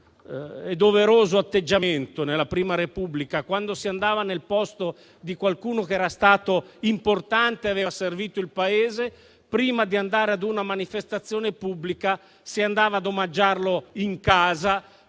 e doveroso atteggiamento nella Prima Repubblica: quando si andava nel posto di qualcuno che era stato importante e aveva servito il Paese, prima di andare ad una manifestazione pubblica, si andava ad omaggiarlo in casa,